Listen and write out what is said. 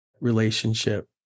relationship